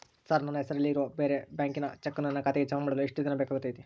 Sir ನನ್ನ ಹೆಸರಲ್ಲಿ ಇರುವ ಬೇರೆ ಬ್ಯಾಂಕಿನ ಚೆಕ್ಕನ್ನು ನನ್ನ ಖಾತೆಗೆ ಜಮಾ ಮಾಡಲು ಎಷ್ಟು ದಿನ ಬೇಕಾಗುತೈತಿ?